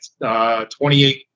28